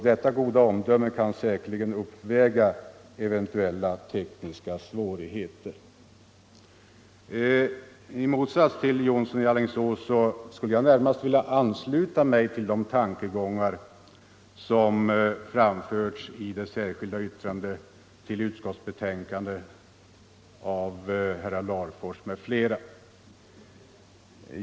Detta goda omdöme kan säkerligen uppväga eventuella tekniska svårigheter. I motsats till herr Jonsson i Alingsås skulle jag vilja ansluta mig till de tankegångar som framförts i det särskilda yttrande som fogats till utskottsbetänkandet av herr Larfors m.fl.